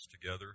together